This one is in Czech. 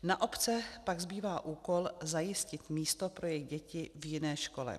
Na obce pak zbývá úkol zajistit místo pro jejich děti v jiné škole.